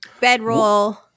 bedroll